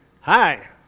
Hi